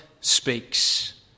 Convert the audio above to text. speaks